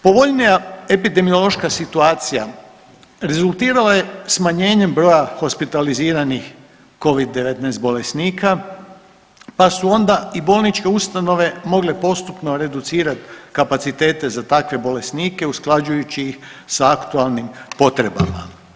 Povoljnija epidemiološka situacija rezultirala je smanjenjem broja hospitaliziranih Covid-19 bolesnika, pa su onda i bolničke ustanove mogle postupno reducirati kapacitete za takve bolesnike usklađujući ih sa aktualnim potrebama.